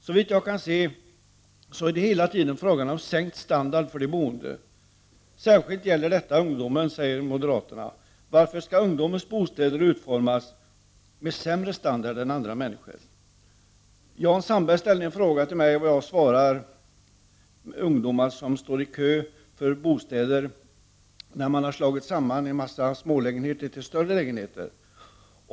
Såvitt jag kan se är det hela tiden fråga om sänkt standard för de boende. Särskilt gäller detta ungdomen enligt moderaterna. Varför skall ungdomens bostäder utformas med sämre standard än andra människors? Jan Sandberg ställde en direkt fråga till mig. Det handlar alltså om att ungdomar står i kö för en bostad samtidigt som man har slagit sönder en mängd smålägenheter till större lägenheter.